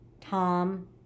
Tom